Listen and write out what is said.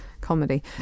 comedy